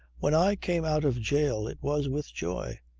when i came out of jail it was with joy.